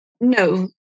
No